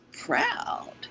Proud